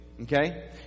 Okay